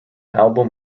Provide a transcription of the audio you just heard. album